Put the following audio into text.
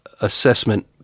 assessment